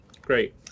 Great